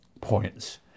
points